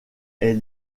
est